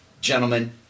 gentlemen